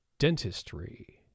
Dentistry